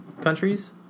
countries